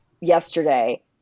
yesterday